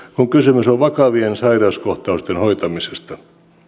kun kysymys on vakavien sairauskohtausten hoitamisesta